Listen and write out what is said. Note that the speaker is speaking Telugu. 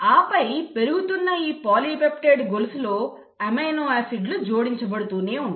ఆపై పెరుగుతున్న ఈ పాలీపెప్టైడ్ గొలుసులో అమైనో ఆసిడ్ లు జోడించబడుతూనే ఉంటాయి